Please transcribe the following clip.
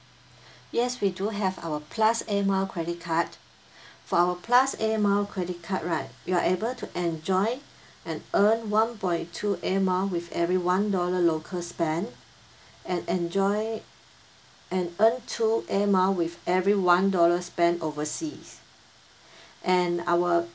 yes we do have our plus air mile credit card for our plus air mile credit card right you are able to enjoy and earn one point two air mile with every one dollar local spend and enjoy and earn two air mile with every one dollar spent overseas and our